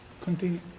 Continue